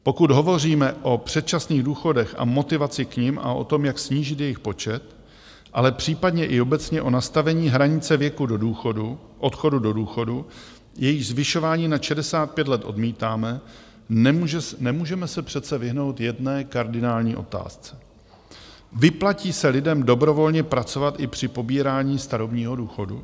Pokud hovoříme o předčasných důchodech a motivaci k nim a o tom, jak snížit jejich počet, ale případně i obecně o nastavení hranice věku odchodu do důchodu, jejíž zvyšování nad 65 let odmítáme, nemůžeme se přece vyhnout jedné kardinální otázce: Vyplatí se lidem dobrovolně pracovat i při pobírání starobního důchodu?